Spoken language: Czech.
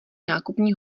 nákupní